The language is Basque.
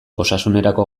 osasunerako